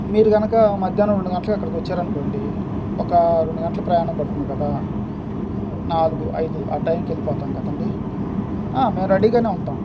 మీరు కనుక మధ్యాహ్నం రెండు గంటలకి అక్కడికి వచ్చారు అనుకోండి ఒక రెండు గంటల ప్రయాణం పడుతుంది కదా నాలుగు ఐదు ఆ టైమ్కి వెళ్లిపోతాము కదా అండి మేము రెడీగానే ఉంటాం